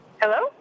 Hello